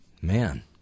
Man